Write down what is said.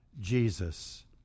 Jesus